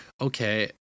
okay